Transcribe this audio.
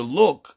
look